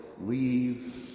leave